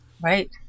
Right